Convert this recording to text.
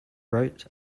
wrote